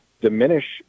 diminish